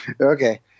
okay